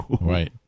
right